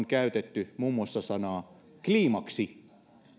käytetty muun muassa sanaa kliimaksi